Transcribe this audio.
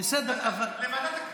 לוועדת הכנסת.